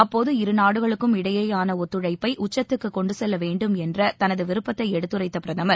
அப்போது இருநாடுகளுக்கும் இடையேயான ஒத்துழைப்பை உச்சத்துக்கு கொண்டு செல்ல வேண்டும் என்ற தனது விருப்பத்தை எடுத்துரைத்த பிரதமர்